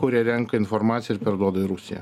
kurie renka informaciją ir perduoda į rusiją